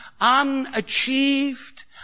unachieved